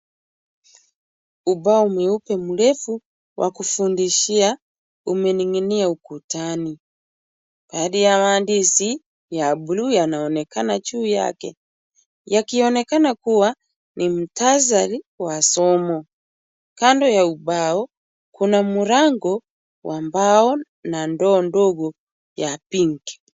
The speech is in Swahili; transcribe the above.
Ubao mweupe mrefu wa kufundishia umening'inia ukutani. Baadhi ya maandishi ya bluu yanaonekana juu yake yakionekana kuwa ni mukhtasari wa somo. Kando ya ubao kuna mlango wa mbao na ndoo ndogo ya pinki.